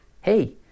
hey